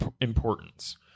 importance